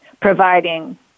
providing